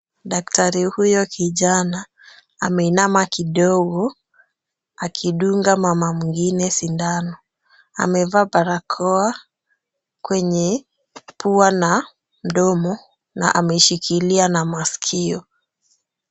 Daktari huyo kijana, ameinama kidogo akidunga mama mwingine sindano. Amevaa barakoa kwenye pua na mdomo na ameshikilia na masikio.